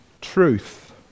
truth